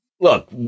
look